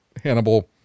Hannibal